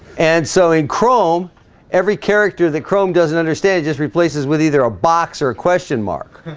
and so in chrome every character that chrome doesn't understand just replaces with either a box or a question mark